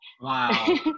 Wow